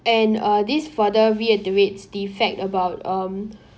and uh this further reiterates the fact about um